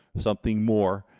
something more,